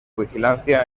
vigilancia